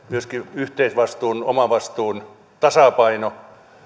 myöskin yhteisvastuun ja omavastuun tasapaino